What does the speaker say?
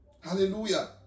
Hallelujah